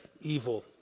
evil